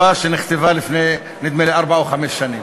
זה תשובה שנכתבה לפני נדמה לי ארבע או חמש שנים.